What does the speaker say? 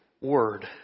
word